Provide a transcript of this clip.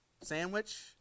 sandwich